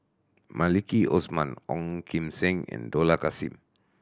Maliki Osman Ong Kim Seng and Dollah Kassim